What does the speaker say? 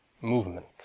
movement